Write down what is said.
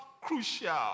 crucial